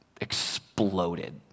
exploded